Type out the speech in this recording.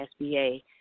SBA